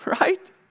Right